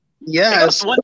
Yes